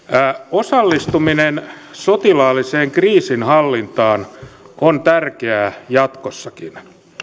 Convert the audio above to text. osallistuminen sotilaalliseen kriisinhallintaan on tärkeää jatkossakin